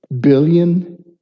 billion